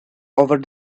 over